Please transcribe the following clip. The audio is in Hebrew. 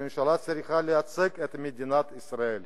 הממשלה צריכה לייצג את מדינת ישראל.